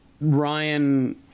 Ryan